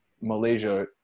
Malaysia